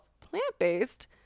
plant-based